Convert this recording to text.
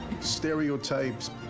Stereotypes